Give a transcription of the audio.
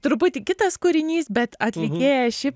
truputį kitas kūrinys bet atlikėja ši